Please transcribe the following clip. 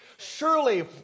Surely